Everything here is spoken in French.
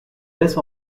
laisse